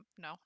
No